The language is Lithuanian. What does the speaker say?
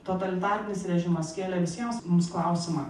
totalitarinis režimas kėlė visiems mums klausimą